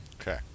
Okay